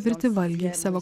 virti valgį savo